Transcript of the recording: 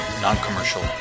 non-commercial